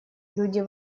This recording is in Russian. люди